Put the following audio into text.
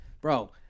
Bro